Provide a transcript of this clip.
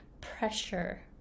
pressure